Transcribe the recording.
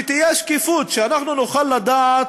שתהיה שקיפות, שאנחנו נוכל לדעת